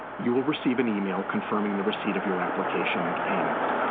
you will receive an email confirming the receipt of your application and payment.